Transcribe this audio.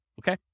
okay